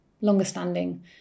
longer-standing